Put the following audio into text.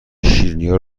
شیرینیا